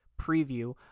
preview